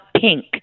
pink